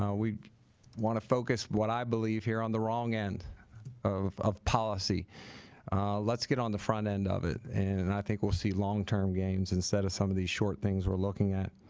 um we want to focus what i believe here on the wrong end of of policy let's get on the front end of it and i think we'll see long-term gains instead of some of these short things we're looking at